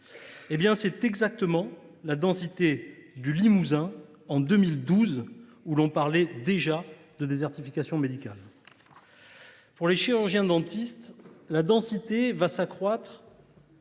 Eh bien, c’est exactement la densité du Limousin en 2012, à une époque où l’on parlait déjà de désertification médicale ! Pour les chirurgiens dentistes, la densité s’accroîtra